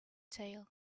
tail